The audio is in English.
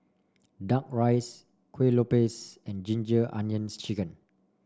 duck rice Kue Lupis and Ginger Onions chicken